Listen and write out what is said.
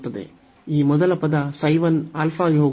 ಈ ಮೊದಲ ಪದ ξ 1 α ಗೆ ಹೋಗುತ್ತದೆ